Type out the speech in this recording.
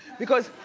because,